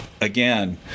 again